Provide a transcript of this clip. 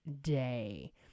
day